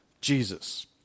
Jesus